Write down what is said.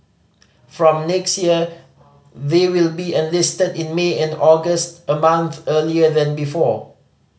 from next year they will be enlisted in May and August a month earlier than before